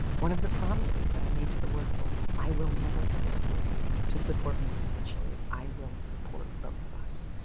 one of the promises that i made to the work was i will never ask you to support me financially. i will support both of us.